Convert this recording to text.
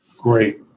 Great